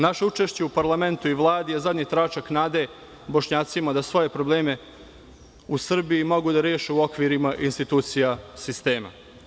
Naše učešće u parlamentu i Vladi je zadnji tračak nade Bošnjacima da svoje probleme u Srbiji mogu da reše u okvirima institucija sistema.